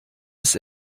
ist